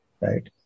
right